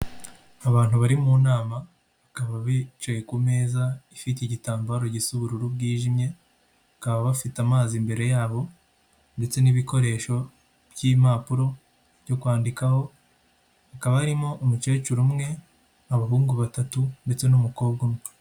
Abantu bari mu nama bakaba bicaye ku meza ifite igitambaro gisa ubururu bwijimye, bakaba bafite amazi imbere yabo, ndetse n'ibikoresho by'impapuro byo kwandikaho hakaba harimo umukecuru umwe, abahungu batatu ndetse n'umukobwa umwe.